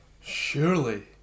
Surely